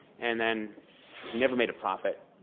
and then he never made a profit,